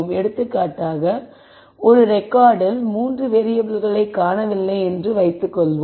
எடுத்துக்காட்டாக ஒரு ரெகார்ட் இல் 3 வேறியபிள்களை காணவில்லை என்று வைத்து கொள்ளலாம்